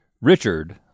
Richard